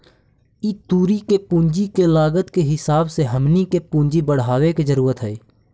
ई तुरी के पूंजी के लागत के हिसाब से हमनी के पूंजी बढ़ाबे के जरूरत हई